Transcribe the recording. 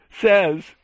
says